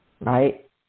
right